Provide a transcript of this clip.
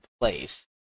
place